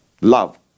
love